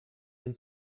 den